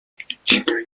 collectionneur